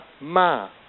ma